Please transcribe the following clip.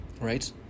right